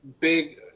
big